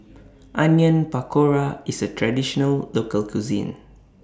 Onion Pakora IS A Traditional Local Cuisine